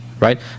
right